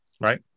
right